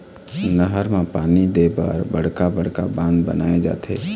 नहर म पानी दे बर बड़का बड़का बांध बनाए जाथे